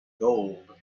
gold